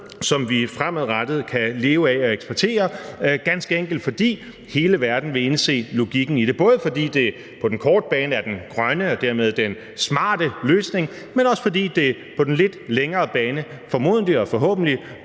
som vi fremadrettet kan leve af at eksportere, ganske enkelt fordi hele verden vil indse logikken i det. Både fordi det på den korte bane er den grønne og dermed den smarte løsning her, men også fordi det på den lidt længere bane formodentlig og forhåbentlig